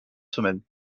semaines